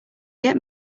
get